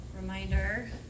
reminder